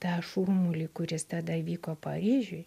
tą šurmulį kuris tada vyko paryžiuj